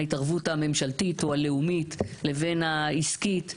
ראו שהתואר לא מוסיף להם ולכן הפסיקו את